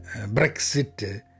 Brexit